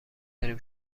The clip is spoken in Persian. داریم